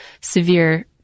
severe